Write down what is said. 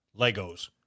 Legos